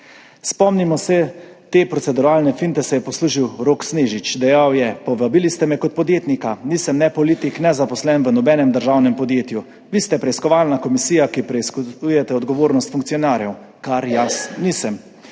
Spomnimo se, te proceduralne finte se je poslužil Rok Snežič, dejal je: »Povabili ste me kot podjetnika, nisem ne politik, ne zaposlen v nobenem državnem podjetju. Vi ste preiskovalna komisija, ki preiskujete odgovornost funkcionarjev, kar jaz nisem.